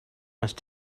must